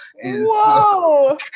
Whoa